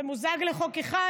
זה מוזג לחוק אחד.